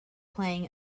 playing